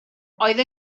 oedd